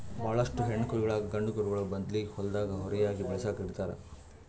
ಭಾಳೋಷ್ಟು ಹೆಣ್ಣ್ ಕರುಗೋಳಿಗ್ ಗಂಡ ಕರುಗೋಳ್ ಬದ್ಲಿ ಹೊಲ್ದಾಗ ಹೋರಿಯಾಗಿ ಬೆಳಸುಕ್ ಇಡ್ತಾರ್